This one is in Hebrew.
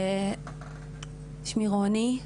שמי רוני,